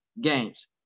games